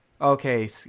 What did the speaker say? Okay